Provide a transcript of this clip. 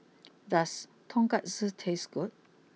does Tonkatsu taste good